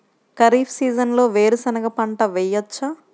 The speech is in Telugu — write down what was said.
ఖరీఫ్ సీజన్లో వేరు శెనగ పంట వేయచ్చా?